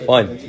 Fine